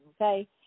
okay